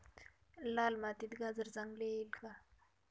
लाल मातीत गाजर चांगले येईल का?